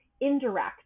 indirect